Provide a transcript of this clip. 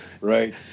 Right